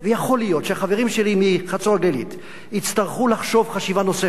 יכול להיות שהחברים שלי מחצור-הגלילית יצטרכו לחשוב חשיבה נוספת